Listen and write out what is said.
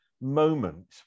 moment